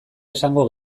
esango